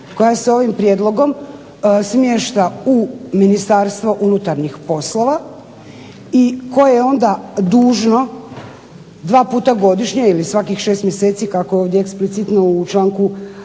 koja se ovim prijedlogom smješta u Ministarstvo unutarnjih poslova i koje je onda dužno dva puta godišnje, ili svakih 6 mjeseci kako je ovdje eksplicitno u članku